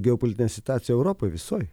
geopolitinę situaciją europoj visoj